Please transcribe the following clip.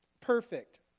perfect